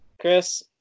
Chris